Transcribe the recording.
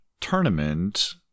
tournament